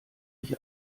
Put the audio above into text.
ich